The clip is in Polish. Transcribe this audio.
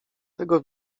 tego